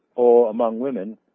or among women